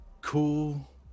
cool